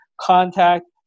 contact